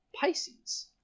Pisces